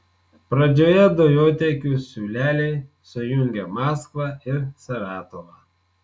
pradžioje dujotiekių siūleliai sujungia maskvą ir saratovą